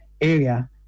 area